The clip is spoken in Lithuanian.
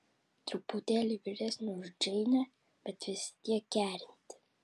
truputėlį vyresnė už džeinę bet vis tiek kerinti